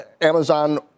Amazon